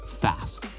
fast